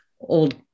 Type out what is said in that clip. old